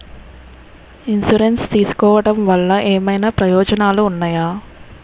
Insurance తీసుకోవటం వల్ల ఏమైనా ప్రయోజనాలు ఉన్నాయా?